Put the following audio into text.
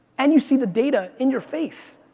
and you see the data in your face.